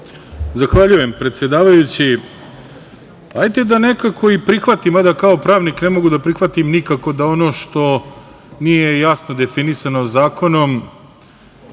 Zahvaljujem, predsedavajući. Hajte da nekako i prihvatim, valjda kao pravnik ne mogu da prihvatim nikako da ono što nije jasno definisano zakonom,